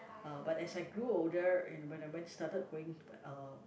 uh but as I grew older and when I went started going uh